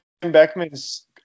Beckman's